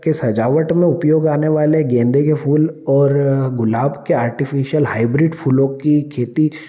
के सजावट में उपयोग आने वाले गेंदे के फ़ूल और गुलाब के आर्टिफीशियल हाइब्रिड फ़ूलों की खेती